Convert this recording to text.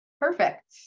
Perfect